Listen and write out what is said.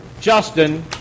Justin